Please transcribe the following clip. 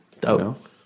Dope